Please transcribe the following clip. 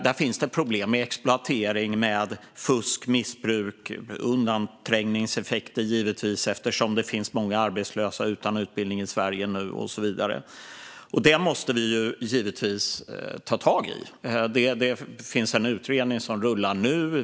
Där finns det problem med bland annat exploatering, fusk och missbruk - samt givetvis undanträngningseffekter, eftersom det finns många arbetslösa utan utbildning i Sverige nu. Detta måste vi givetvis ta tag i. Det finns en utredning som rullar nu.